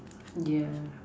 yeah